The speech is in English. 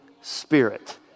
Spirit